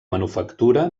manufactura